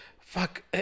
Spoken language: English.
fuck